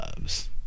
loves